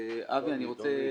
אני רוצה